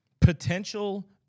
potential